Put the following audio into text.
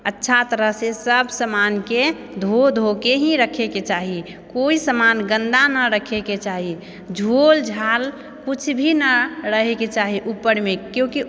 अच्छा तरहसँ सब सामानके धो धोके ही रखैके चाही कोइ समान गन्दा न रखैके चाही झोल झाल किछु भी नहि रहैके चाही उपरमे कियाकि